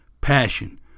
Passion